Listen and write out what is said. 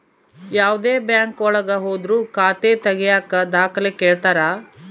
ಯಾವ್ದೇ ಬ್ಯಾಂಕ್ ಒಳಗ ಹೋದ್ರು ಖಾತೆ ತಾಗಿಯಕ ದಾಖಲೆ ಕೇಳ್ತಾರಾ